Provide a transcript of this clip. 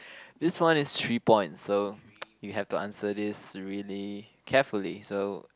this one is three points so you have to answer this really carefully so